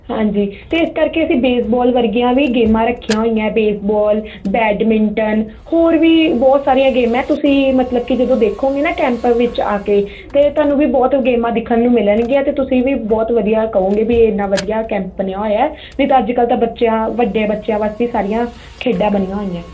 ਹਾਂਜੀ ਤੇ ਇਸ ਕਰਕੇ ਅਸੀਂ ਬੇਸਬਾਲ ਵਰਗੀਆਂ ਵੀ ਗੇਮਾਂ ਰੱਖੀਆਂ ਹੋਈਆਂ ਬੇਸਬਾਲ ਬੈਡਮਿੰਟਨ ਹੋਰ ਵੀ ਬਹੁਤ ਸਾਰੀਆਂ ਗੇਮ ਹ ਤੁਸੀਂ ਮਤਲਬ ਕਿ ਜਦੋਂ ਦੇਖੋਗੇ ਨਾ ਕੈਂਪ ਵਿੱਚ ਆ ਕੇ ਤੇ ਤੁਹਾਨੂੰ ਵੀ ਬਹੁਤ ਗੇਮਾਂ ਦਿਖਣ ਨੂੰ ਮਿਲਣਗੀਆਂ ਤੇ ਤੁਸੀਂ ਵੀ ਬਹੁਤ ਵਧੀਆ ਕਹੋਗੇ ਵੀ ਇਨਾ ਵਧੀਆ ਕੈਂਪ ਬਨਿਆ ਹੋਇਆ ਨਹੀਂ ਤਾਂ ਅੱਜ ਕੱਲ ਤਾਂ ਬੱਚਿਆਂ ਵੱਡੇ ਬੱਚਿਆਂ ਵਾਸਤੇ ਸਾਰੀਆਂ ਖੇਡਾਂ ਬਣੀਆਂ ਹੋਈਆਂ